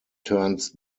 turns